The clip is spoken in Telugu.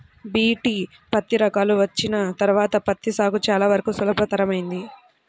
బీ.టీ పత్తి రకాలు వచ్చిన తర్వాత పత్తి సాగు చాలా వరకు సులభతరమైంది